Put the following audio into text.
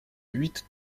huit